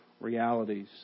realities